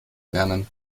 lernen